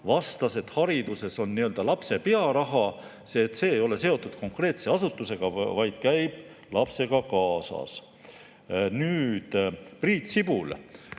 vastas, et hariduses on n-ö lapse pearaha, mis ei ole seotud konkreetse asutusega, vaid käib lapsega kaasas. Nüüd, Priit Sibul